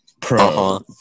pro